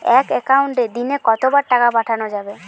এক একাউন্টে দিনে কতবার টাকা পাঠানো যাবে?